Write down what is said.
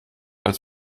als